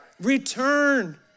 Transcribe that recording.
return